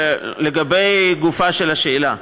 לגופה של השאלה,